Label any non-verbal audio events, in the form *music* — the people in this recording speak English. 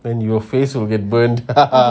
then your face will get burned *laughs*